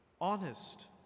honest